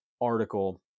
article